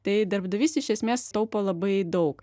tai darbdavys iš esmės taupo labai daug